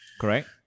Correct